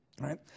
right